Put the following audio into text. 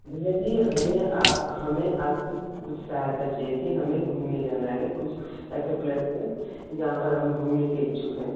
भैया जी हमें हमें आपकी कुछ सहता चाहिए थी हमे घूमने जाना है कुछ है जहाँ पर हम घूमने के इच्छुक हैं